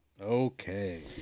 Okay